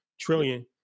trillion